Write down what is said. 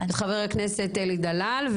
ואת חבר הכנסת אלי דלאל,